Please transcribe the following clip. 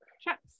checks